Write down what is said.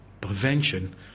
prevention